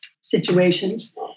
situations